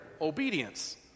obedience